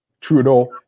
Trudeau